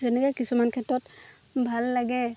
তেনেকৈ কিছুমান ক্ষেত্ৰত ভাল লাগে